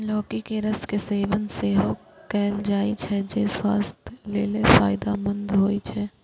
लौकी के रस के सेवन सेहो कैल जाइ छै, जे स्वास्थ्य लेल फायदेमंद होइ छै